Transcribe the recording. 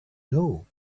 know